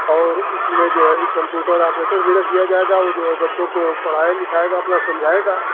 और उसमें जो है कम्प्यूटर ऑपरेटर भी रख दिया जाएगा वह जो है बच्चों को पढ़ाए लिखाएगा अपना समझाएगा